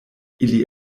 ili